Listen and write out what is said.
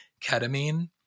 ketamine